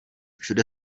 všude